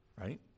Right